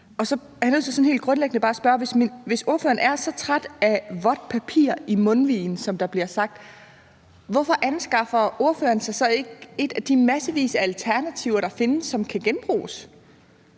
grundlæggende bare at spørge: Hvis ordføreren er så træt af vådt papir i mundvigen, som der bliver sagt, hvorfor anskaffer ordføreren sig så ikke et af de massevis af alternativer, der findes, som kan genbruges,